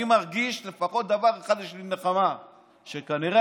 אני מרגיש שלפחות בדבר אחד יש לי נחמה: שכנראה,